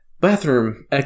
bathroom